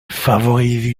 favorisent